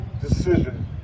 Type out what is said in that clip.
decision